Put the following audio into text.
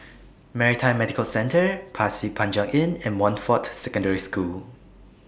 Maritime Medical Centre Pasir Panjang Inn and Montfort Secondary School